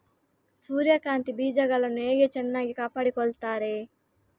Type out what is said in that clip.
ಸೂರ್ಯಕಾಂತಿ ಬೀಜಗಳನ್ನು ಹೇಗೆ ಚೆನ್ನಾಗಿ ಕಾಪಾಡಿಕೊಳ್ತಾರೆ?